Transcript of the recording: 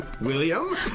William